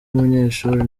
munyeshuri